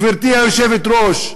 גברתי היושבת-ראש,